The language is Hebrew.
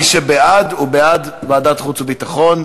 מי שבעד הוא בעד ועדת חוץ וביטחון,